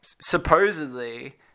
supposedly